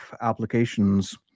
applications